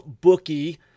bookie